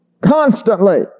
constantly